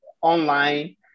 online